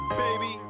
baby